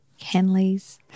Henleys